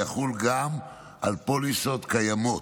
והוא יחול גם על פוליסות קיימות.